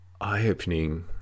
eye-opening